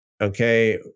okay